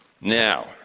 Now